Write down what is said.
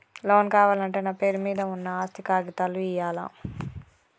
Loan కావాలంటే నా పేరు మీద ఉన్న ఆస్తి కాగితాలు ఇయ్యాలా?